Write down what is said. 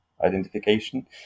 identification